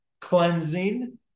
cleansing